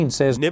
says